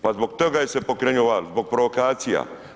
Pa zbog toga je se pokrenuo val, zbog provokacija.